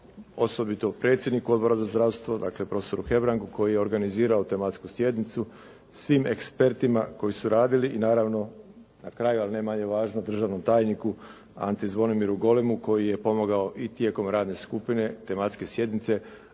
osobito predsjedniku Odbora za zdravstvo, dakle prof. Hebrangu koji je organizirao tematsku sjednicu, svim ekspertima koji su radili i naravno na kraju, ali ne manje važno državnom tajniku Anti Zvonimiru Golemu koji je pomogao i tijekom radne skupine, tematske sjednice,